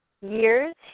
years